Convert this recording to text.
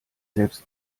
selbst